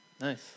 Nice